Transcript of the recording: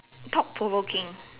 thought provoking